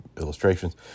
illustrations